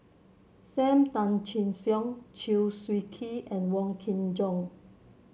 Sam Tan Chin Siong Chew Swee Kee and Wong Kin Jong